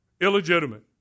Illegitimate